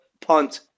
punt